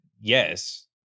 Yes